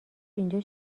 اینجا